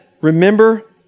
remember